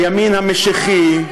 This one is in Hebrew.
הימין המשיחי,